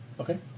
Okay